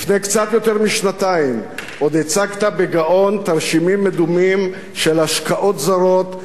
לפני קצת יותר משנתיים עוד הצגת בגאון תרשימים מדומים של השקעת זרות,